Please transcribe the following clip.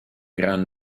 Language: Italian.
gran